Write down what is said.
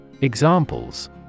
Examples